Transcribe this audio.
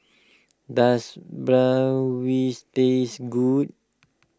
does Bratwurst taste good